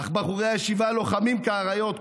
אך בחורי הישיבה לוחמים כאריות.